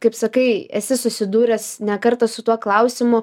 kaip sakai esi susidūręs ne kartą su tuo klausimu